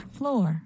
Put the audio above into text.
floor